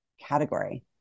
category